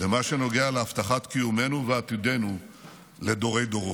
במה שנוגע להבטחת קיומנו ועתידנו לדורי-דורות.